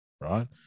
right